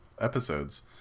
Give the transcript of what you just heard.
episodes